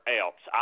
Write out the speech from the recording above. else